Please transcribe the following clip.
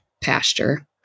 pasture